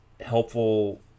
helpful